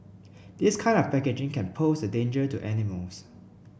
this kind of packaging can pose a danger to animals